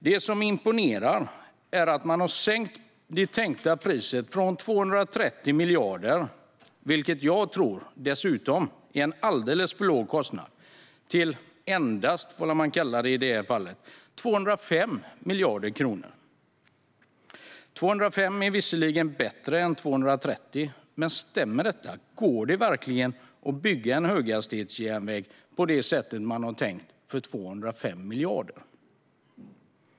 Det som imponerar är att man har sänkt det tänkta priset från 230 miljarder, vilket jag tror är en alldeles för låg kostnad, till endast 205 miljarder kronor. 205 miljarder är visserligen bättre än 230 miljarder. Men stämmer detta? Går det verkligen att bygga en höghastighetsjärnväg på det sätt som man har tänkt för 205 miljarder?